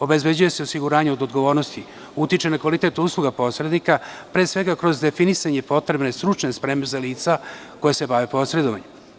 Obezbeđuje se osiguranje od odgovornosti, utiče na kvalitet usluga posrednika, pre svega kroz definisanje potrebne stručne spreme za lica koja se bave posredovanjem.